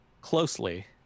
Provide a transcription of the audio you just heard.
closely